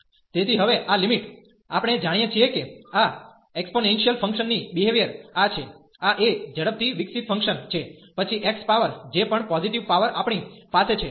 તેથી હવે આ લિમિટ આપણે જાણીએ છીએ કે આ એક્પોનેંશીયલ ફંક્શન ની બીહેવીઅર આ છે આ a ઝડપથી વિકસિત ફંક્શન છે પછી x પાવર જે પણ પોઝીટીવ પાવર આપણી પાસે છે